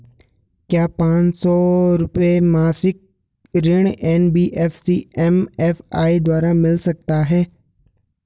क्या पांच सौ रुपए मासिक ऋण एन.बी.एफ.सी एम.एफ.आई द्वारा मिल सकता है?